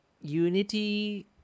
unity